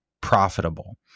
profitable